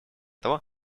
того